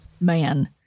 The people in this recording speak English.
man